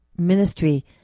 Ministry